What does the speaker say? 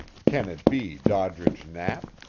can it be doddridge knapp?